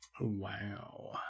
Wow